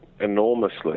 enormously